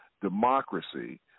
democracy